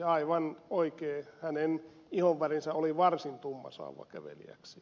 aivan oikein hänen ihonvärinsä oli varsin tumma sauvakävelijäksi